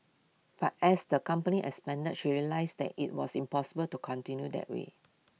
but as the company expanded she realised that IT was impossible to continue that way